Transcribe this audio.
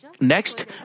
Next